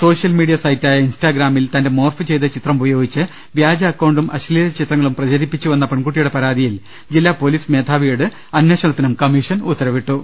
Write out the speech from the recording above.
social media സൈറ്റായ ഇൻസ്റ്റഗ്രാമിൽ ന തന്റെ മോർഫ് ചെയ്ത ചിത്രം ഉപയോഗിച്ച് വ്യാജ അക്കൌണ്ടും അശ്ലീല ചിത്രങ്ങളും പ്രചരിപ്പിച്ചുവെന്ന പെൺകുട്ടിയുടെ പരാതിയിൽ ജില്ലാ പോലീസ് മേധാവിയോട് അന്വേഷണത്തിന് കമ്മീഷൻ ഉത്തരവിട്ടു